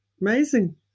Amazing